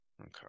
Okay